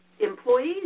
Employees